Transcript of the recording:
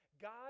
God